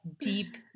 deep